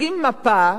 מציגים מפה,